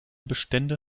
bestände